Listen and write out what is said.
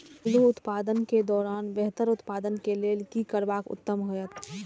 आलू उत्पादन के दौरान बेहतर उत्पादन के लेल की करबाक उत्तम होयत?